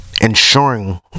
ensuring